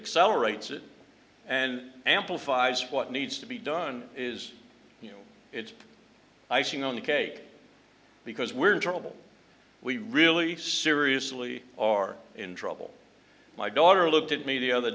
accelerates it and amplifies what needs to be done is you know it's icing on the cake because we're in trouble we really seriously are in trouble my daughter looked at me the other